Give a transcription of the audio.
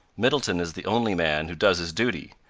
middleton is the only man who does his duty.